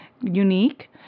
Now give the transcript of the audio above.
unique